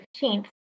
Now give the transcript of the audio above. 15th